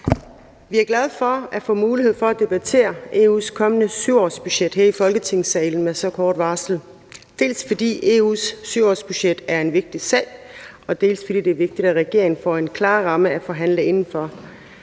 Vi er glade for at få mulighed for at debattere EU's kommende 7-årsbudget her i Folketingssalen med så kort varsel, dels fordi EU's 7-årsbudget er en vigtig sag, dels fordi det er vigtigt, at regeringen får en klar ramme at forhandle indenfor,